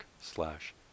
slash